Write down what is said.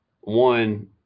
One